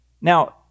Now